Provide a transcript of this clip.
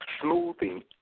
smoothing